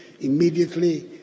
immediately